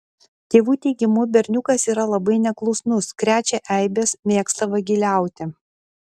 tėvų teigimu berniukas yra labai neklusnus krečia eibes mėgsta vagiliauti